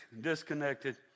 disconnected